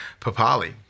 Papali